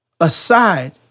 aside